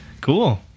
Cool